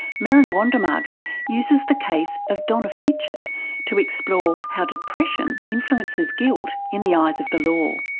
meron wondemaghen like and uses the case of donna fitchett to explore how depression influences guilt in the eyes of the law.